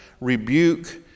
rebuke